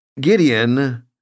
Gideon